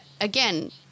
again